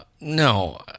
No